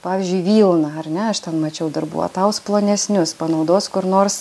pavyzdžiui vilną ar ne aš ten mačiau darbų ataus plonesnius panaudos kur nors